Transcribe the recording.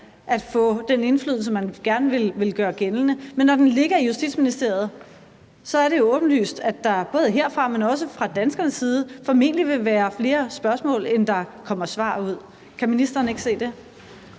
at få den indflydelse, man gerne vil gøre gældende. Men når den ligger i Justitsministeriet, er det åbenlyst, at der både herfra, men også fra danskernes side formentlig vil være flere spørgsmål, end der kommer svar ud. Kan ministeren ikke se det?